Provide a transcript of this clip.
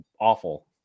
awful